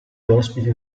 ospiti